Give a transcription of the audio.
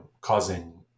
causing